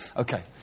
Okay